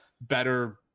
better